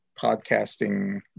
podcasting